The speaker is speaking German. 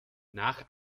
nach